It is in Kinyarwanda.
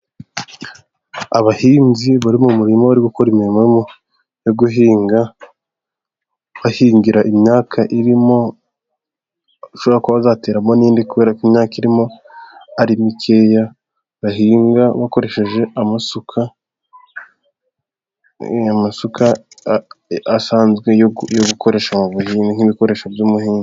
Abahinzi bari mu murima bari gukora imirimo yo guhinga, bahingira imyaka irimo bashobora kuba bazateramo n'indi kubera ko imyaka irimo ari mikeya. Bahinga bakoresheje amasuka, amasuka asanzwe yo gukoresha nk'ibikoresho by'umuhinzi.